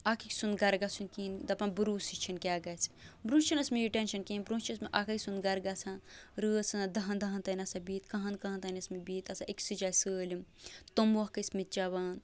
اَکھ أکۍ سُنٛد گَرٕ گژھُن کِہیٖنۍ دَپان بروسٕے چھُنہٕ کیٛاہ گژھِ برٛونٛہہ چھُنہٕ اوسمُت یہِ ٹ۪نشَن کِہیٖنۍ برٛونٛہہ چھِ ٲسمٕتۍ اَکھ أکۍ سُنٛد گَرٕ گژھان رٲژ ہٕنٛزن دَہَن دَہَن تانۍ آسان بِہِتھ کاہن کاہن تانۍ آسان بِہِتھ آسان أکسٕے جایہِ سٲلِم تموکھ ٲسمٕتۍ چٮ۪وان